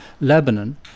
Lebanon